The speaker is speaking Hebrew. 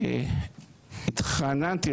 והתחננתי,